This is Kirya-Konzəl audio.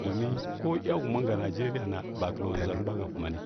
Domin ko iya huma nga nigəria na ba kəllo ʒwa və mbwa ha kuna ni,